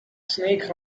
snake